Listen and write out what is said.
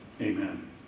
Amen